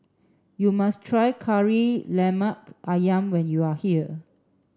you must try Kari Lemak Ayam when you are here